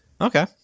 Okay